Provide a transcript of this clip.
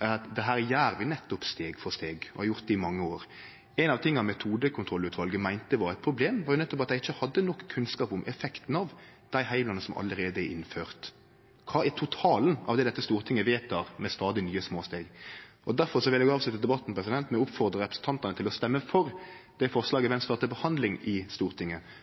er at dette gjer vi nettopp steg for steg, og vi har gjort det i mange år. Ein av dei tinga Metodekontrollutvalet meinte var eit problem, var nettopp at dei ikkje hadde nok kunnskap om effekten av dei heimlane som allereie er innførte – kva er totalen av det dette stortinget vedtek med stadig nye små steg? Derfor vil eg avslutte debatten med å oppmode representantane til å stemme for det forslaget Venstre har til behandling i Stortinget